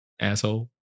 Asshole